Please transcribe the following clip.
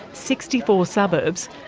sixty four suburbs,